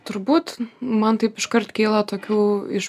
turbūt man taip iškart kyla tokių iš